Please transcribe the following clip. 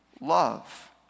love